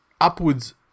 upwards